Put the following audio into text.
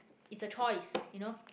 it's a choice you know